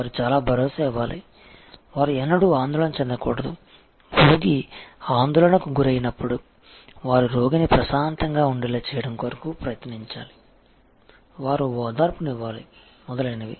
వారు చాలా భరోసా ఇవ్వాలి వారు ఎన్నడూ ఆందోళన చెందకూడదు రోగి ఆందోళనకు గురైనప్పుడు వారు రోగిని ప్రశాంతంగా ఉండేలా చేయడం కొరకు ప్రయత్నించాలి వారు ఓదార్పునివ్వాలి మొదలైనవి